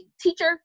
teacher